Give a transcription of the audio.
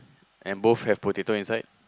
and both have potato inside